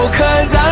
cause